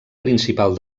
principal